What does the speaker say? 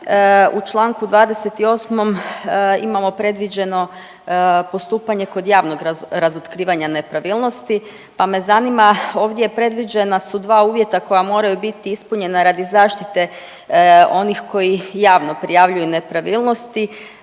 U čl. 28. imamo predviđeno postupanje kod javnog razotkrivanja nepravilnosti, pa me zanima, ovdje predviđena su dva uvjeta koja moraju bit ispunjena radi zaštite onih koji javno prijavljuju nepravilnosti,